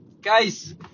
guys